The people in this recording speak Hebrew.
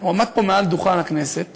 הוא עמד פה מעל דוכן הכנסת